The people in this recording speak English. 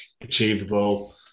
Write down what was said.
achievable